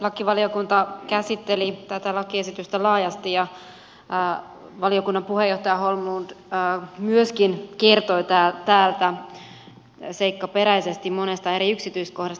lakivaliokunta käsitteli tätä lakiesitystä laajasti ja valiokunnan puheenjohtaja holmlund myöskin kertoi täältä seikkaperäisesti monesta eri yksityiskohdasta